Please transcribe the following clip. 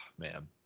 man